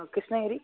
ஆ Krishnagiri